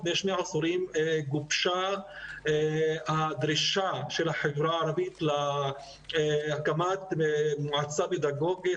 לפני שני עשורים גובשה הדרישה של החברה הערבית להקמת מועצה פדגוגית,